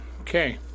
Okay